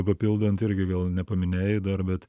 papildant irgi vėl nepaminėjai dar bet